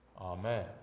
Amen